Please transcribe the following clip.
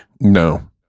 No